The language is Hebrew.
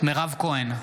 מירב כהן,